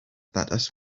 that